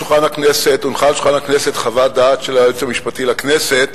שולחן הכנסת חוות דעת של היועץ המשפטי לכנסת